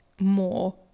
more